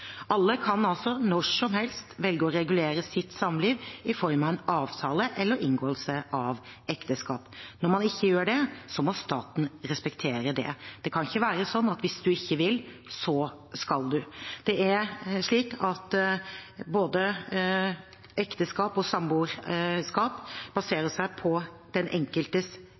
Alle kan altså, når som helst, velge å regulere sitt samliv i form av en avtale eller inngåelse av ekteskap. Når man ikke gjør det, må staten respektere det. Det kan ikke være slik at hvis man ikke vil, skal man. Både ekteskap og samboerskap baserer seg på den enkeltes